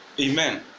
Amen